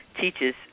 teaches